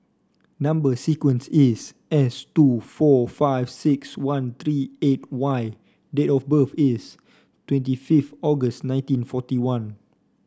number sequence is S two four five six one three eight Y date of birth is twenty five August nineteen forty one